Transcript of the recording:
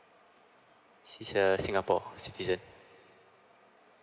she's a singapore citizen